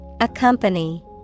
Accompany